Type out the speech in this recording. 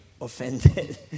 offended